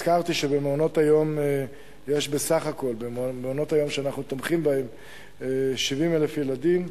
הזכרתי שבמעונות-היום שאנחנו תומכים בהם יש בסך הכול 70,000 ילדים,